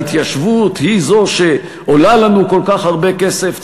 וההתיישבות היא זו שעולה לנו כל כך הרבה כסף,